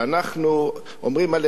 אומרים עלינו העם נבחר,